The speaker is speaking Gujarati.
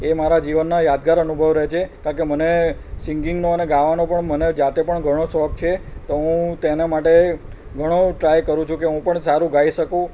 એ મારાં જીવનનાં યાદગાર અનુભવો રહે છે કારણ કે મને સિંગિગનો અને ગાવાનો પણ મને જાતે પણ ઘણો શોખ છે તો હું તેના માટે ઘણો ટ્રાય કરું છું કે હું પણ સારું ગાઈ શકું